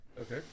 Okay